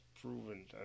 proven